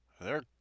They're